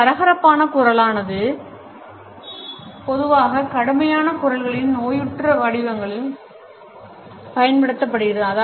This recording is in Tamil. ஒரு கரகரப்பான குரலானது பொதுவாக கடுமையான குரல்களின் நோயுற்ற வடிவங்களுக்கு பயன்படுத்தப்படுகிறது